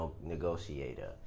Negotiator